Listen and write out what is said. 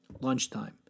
Lunchtime